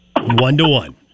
One-to-one